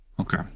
okay